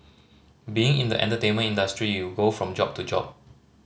being in the entertainment industry you go from job to job